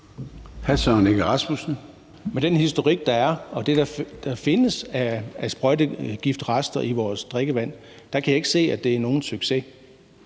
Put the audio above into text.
Med den historik, der er, og det, der findes af sprøjtegiftrester i vores drikkevand, kan jeg ikke se, at det er nogen succes.